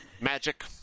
magic